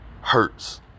Hurts